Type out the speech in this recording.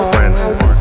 Francis